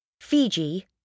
Fiji